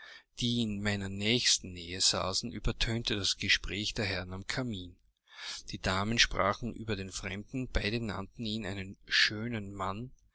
die in meiner nächsten nähe saßen übertönte das gespräch der herren am kamin die damen sprachen über den fremden beide nannten ihn einen schönen mann